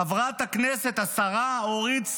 חברת הכנסת השרה אורית סטרוק,